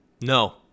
no